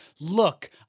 look